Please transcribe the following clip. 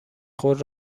خود